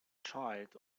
child